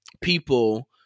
people